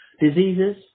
diseases